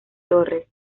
torres